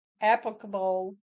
applicable